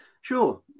Sure